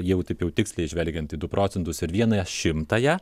jau taip jau tiksliai žvelgiant į du procentus ir vienąją šimtąją